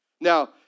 Now